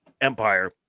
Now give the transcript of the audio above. empire